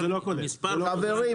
חברים,